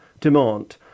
demand